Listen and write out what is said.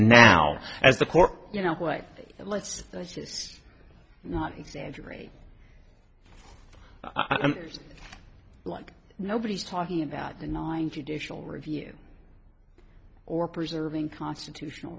now as the court you know what let's not exaggerate i don't like nobody's talking about denying judicial review or preserving constitutional